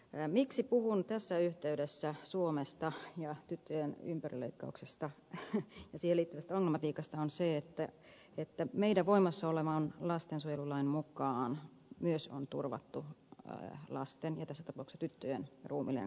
syy miksi puhun tässä yhteydessä suomesta ja tyttöjen ympärileikkauksesta ja siihen liittyvästä ongelmatiikasta on se että meidän voimassa olevan lastensuojelulakimme mukaan myös on turvattu lasten ja tässä tapauksessa tyttöjen ruumiillinen koskemattomuus